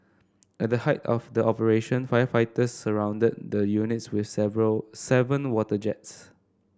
at the height of the operation firefighters surrounded the units with seven water jets